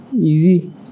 easy